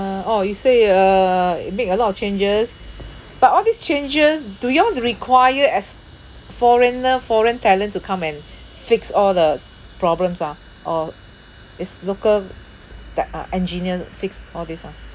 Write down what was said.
uh orh you say uh it make a lot of changes but all these changes do you all require as foreigner foreign talent to come and fix all the problems ah or is local that are engineers fix all these ah